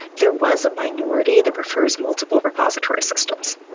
there was a minority that prefers multiple repository systems,